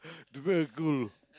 you go and do